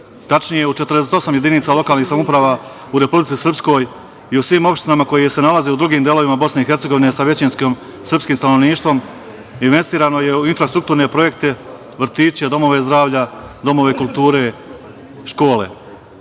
Tačnije, u 48 jedinica lokalnih samouprava u Republici Srpskoj i u svim opštinama koje se nalaze u drugim delovima Bosne i Hercegovine sa većinskim srpskim stanovništvom investirano je u infrastrukturne projekte, vrtiće, domove zdravlja, domove kulture, škole. Srbija